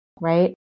right